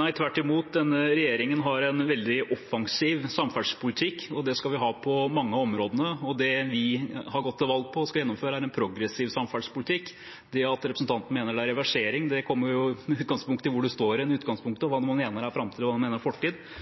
Nei, tvert imot, denne regjeringen har en veldig offensiv samferdselspolitikk, og det skal vi ha på mange områder. Det vi har gått til valg på og skal gjennomføre, er en progressiv samferdselspolitikk. Det at representanten mener det er reversering, kommer an på hvor en står i utgangspunktet,